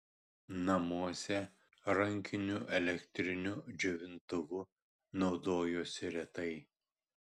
namuose rankiniu elektriniu džiovintuvu naudojosi retai